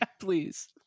please